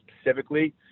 specifically